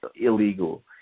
illegal